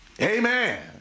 Amen